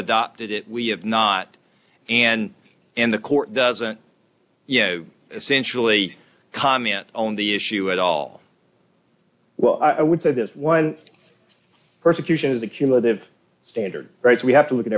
adopted it we have not and and the court doesn't you know essentially comment on the issue at all well i would say that one persecution is a cumulative standard rates we have to look at